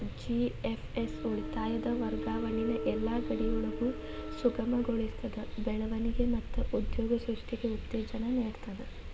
GFS ಉಳಿತಾಯದ್ ವರ್ಗಾವಣಿನ ಯೆಲ್ಲಾ ಗಡಿಯೊಳಗು ಸುಗಮಗೊಳಿಸ್ತದ, ಬೆಳವಣಿಗೆ ಮತ್ತ ಉದ್ಯೋಗ ಸೃಷ್ಟಿಗೆ ಉತ್ತೇಜನ ನೇಡ್ತದ